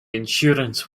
insurance